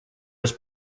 was